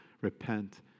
Repent